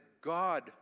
God